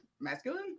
Masculine